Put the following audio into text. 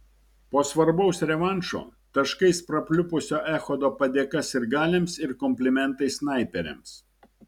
po svarbaus revanšo taškais prapliupusio echodo padėka sirgaliams ir komplimentai snaiperiams